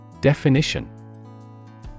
Definition